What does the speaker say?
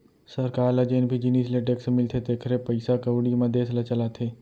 सरकार ल जेन भी जिनिस ले टेक्स मिलथे तेखरे पइसा कउड़ी म देस ल चलाथे